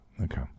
Okay